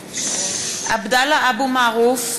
(קוראת בשמות חברי הכנסת) עבדאללה אבו מערוף,